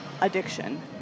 addiction